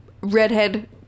redhead